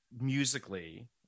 musically